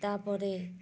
ତା'ପରେ